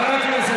חברי הכנסת,